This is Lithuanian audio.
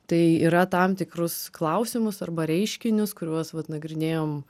tai yra tam tikrus klausimus arba reiškinius kuriuos vat nagrinėjom